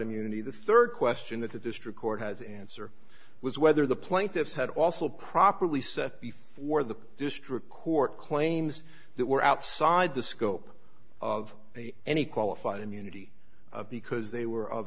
immunity the rd question that the district court had to answer was whether the plaintiffs had also properly set before the district court claims that were outside the scope of any qualified immunity because they were of